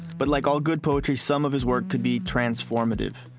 but like all good poetry, some of his work could be transformative.